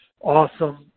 awesome